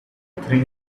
three